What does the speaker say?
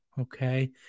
okay